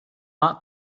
not